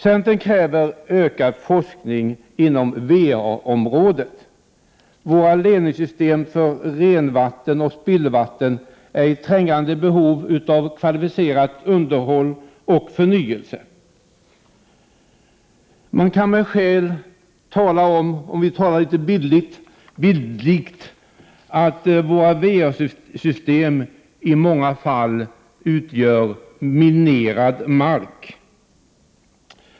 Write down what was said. Centern kräver ökad forskning inom VA-området. Våra ledningssystem för renvatten och spillvatten är i trängande behov av kvalificerat underhåll och förnyelse. Man kan med skäl — om man talar litet bildligt — hävda att våra VA-system i många fall utgör minerad mark.